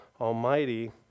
Almighty